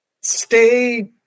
stay